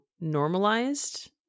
normalized